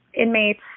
inmates